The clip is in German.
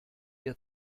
ihr